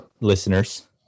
Listeners